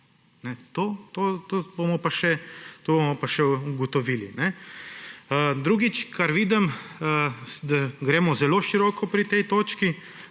To bomo pa še ugotovili. Drugič, kar vidim, da gremo zelo široko pri tej točki,